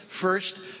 first